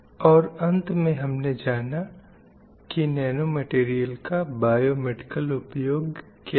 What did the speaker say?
और अंत में हमने समझ की नैनो मटीरीयल का बायो मेडिकल उपयोग क्या है